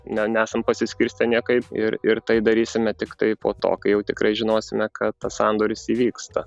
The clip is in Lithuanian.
na nesam pasiskirstę niekaip ir ir tai darysime tiktai po to kai jau tikrai žinosime kad tas sandoris įvyksta